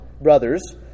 brothers